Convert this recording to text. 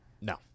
No